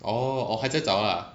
oh oh 还在找啦